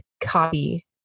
copy